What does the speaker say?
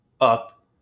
up